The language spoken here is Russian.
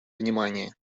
внимание